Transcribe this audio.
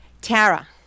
Tara